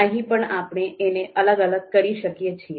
અહીં પણ આપણે એને અલગ અલગ કરી શકીએ છીએ